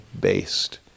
based